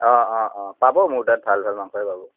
অঁ অঁ অঁ পাব মোৰ তাত ভাল ভাল মাংসই পাব